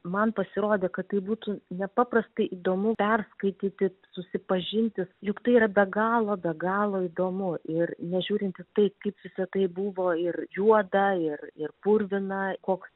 man pasirodė kad tai būtų nepaprastai įdomu perskaityti susipažinti juk tai yra be galo be galo įdomu ir nežiūrint į tai kaip visa tai buvo ir juoda ir ir purvina koks